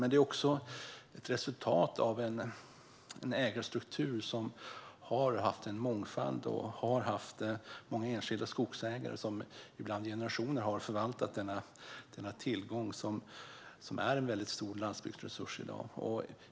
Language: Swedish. Detta är också ett resultat av en ägarstruktur som har haft en mångfald och många enskilda skogsägare som har förvaltat denna tillgång, ibland i generationer. Skogen är en stor landsbygdsresurs i dag.